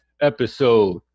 episode